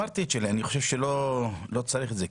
חושב שלא צריך את זה,